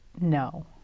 No